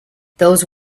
those